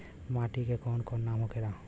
माटी के कौन कौन नाम होखेला?